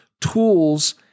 tools